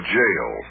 jail